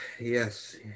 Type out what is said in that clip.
yes